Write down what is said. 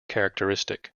characteristic